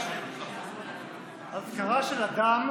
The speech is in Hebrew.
הוא הזכיר אותי,